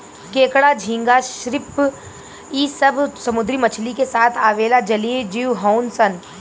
केकड़ा, झींगा, श्रिम्प इ सब समुंद्री मछली के साथ आवेला जलीय जिव हउन सन